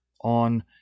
on